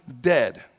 dead